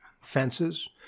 fences